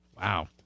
Wow